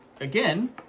again